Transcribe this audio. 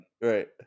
Right